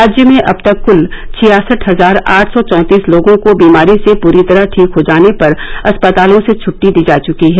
राज्य में अब तक क्ल छियासठ हजार आठ सौ चौतीस लोगों को बीमारी से पूरी तरह ठीक हो जाने पर अस्पतालों से छटटी दी जा चुकी है